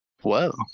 Whoa